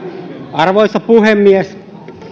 arvoisa puhemies